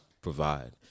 Provide